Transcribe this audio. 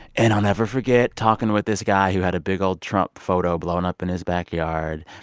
and i'll never forget talking with this guy who had a big, old trump photo blown up in his backyard.